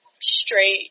straight